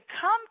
come